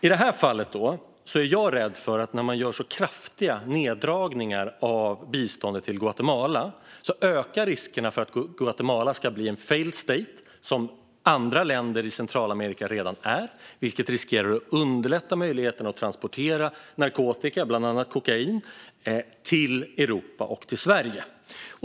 I det här fallet är jag rädd för att när man gör en så kraftig neddragning av biståndet till Guatemala ökar risken att Guatemala ska bli en så kallad failed state, som andra länder i Centralamerika redan är. Det riskerar att underlätta möjligheten att transportera narkotika, bland annat kokain, till Europa och till Sverige.